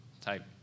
type